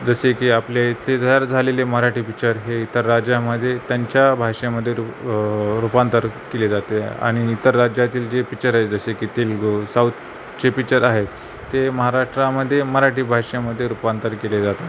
जसे की आपले इतर झालेले मराठी पिचर हे इतर राज्यामध्ये त्यांच्या भाषेमध्ये रू रूपांतर केले जाते आणि इतर राज्यातील जे पिक्चर आहेत जसे की तेलगु साऊथचे पिचर आहेत ते महाराष्ट्रामध्ये मराठी भाषेमध्ये रूपांतर केले जातात